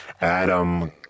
Adam